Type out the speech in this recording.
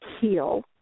heal